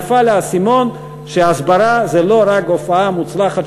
נפל האסימון שההסברה זה לא רק הופעה מוצלחת